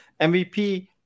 MVP